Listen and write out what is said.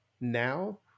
now